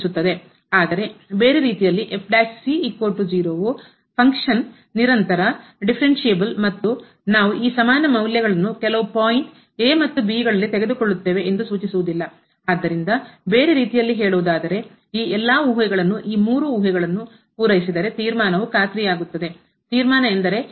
ಆದರೆ ಬೇರೆ ರೀತಿಯಲ್ಲಿ ವು ಫಂಕ್ಷನ್ ನಿರಂತರ ದಿಫರೆನ್ಸ್ಸಿಬಲ್ ಮತ್ತು ನಾವು ಈ ಸಮಾನ ಮೌಲ್ಯಗಳನ್ನು ಕೆಲವು ಪಾಯಿಂಟ್ ಮತ್ತು ಗಳಲ್ಲಿ ಎಂದು ಸೂಚಿಸುವುದಿಲ್ಲ ಆದ್ದರಿಂದ ಬೇರೆ ರೀತಿಯಲ್ಲಿ ಹೇಳುವುದಾದರೆ ಈ ಎಲ್ಲಾ ಊಹೆಗಳನ್ನು ಈ ಮೂರು ಊಹೆಗಳನ್ನು ಪೂರೈಸಿದರೆ ತೀರ್ಮಾನವು ಖಾತರಿಯಾಗುತ್ತದೆ ತೀರ್ಮಾನ ಎಂದರೆ ಖಾತರಿ ಆಗಿದೆ